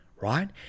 right